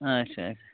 اچھا اچھا